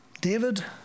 David